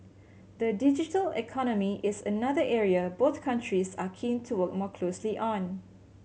the digital economy is another area both countries are keen to work more closely on